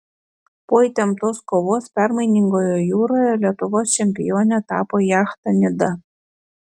po įtemptos kovos permainingoje jūroje lietuvos čempione tapo jachta nida